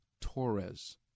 Torres